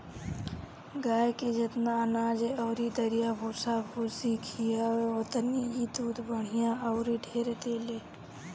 गाए के जेतना अनाज अउरी दरिया भूसा भूसी खियाव ओतने इ दूध बढ़िया अउरी ढेर देले